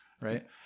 right